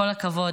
כל הכבוד,